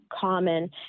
common